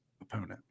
opponent